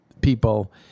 people